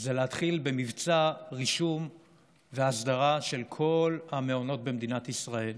זה להתחיל במבצע רישום והסדרה של כל המעונות במדינת ישראל.